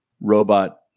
robot